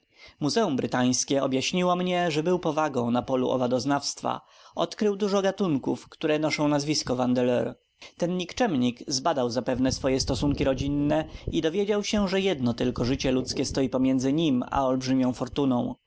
muzeum brytańskie objaśniło mnie że był powagą na polu owadoznawstwa odkrył dużo gatunków które noszą nazwisko vandeleur ten nikczemnik zbadał zapewne swoje stosunki rodzinne i dowiedział się że jedno tylko życie ludzkie stoi pomiędzy nim a olbrzymią fortuną